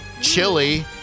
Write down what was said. chili